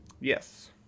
Yes